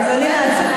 אז אני, לא רק לערער.